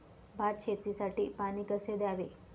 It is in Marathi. भात शेतीसाठी पाणी कसे द्यावे?